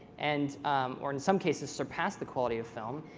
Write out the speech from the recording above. and or in some cases surpass the quality of film.